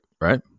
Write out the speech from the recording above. right